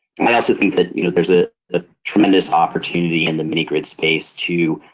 and i also think that you know there's ah a tremendous opportunity in the mini grid space to